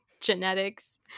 genetics